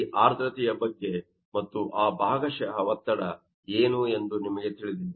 ಈ ಆರ್ದ್ರತೆಯ ಬಗ್ಗೆ ಮತ್ತು ಆ ಭಾಗಶಃ ಒತ್ತಡ ಏನು ಎಂದು ನಿಮಗೆ ತಿಳಿದಿದೆ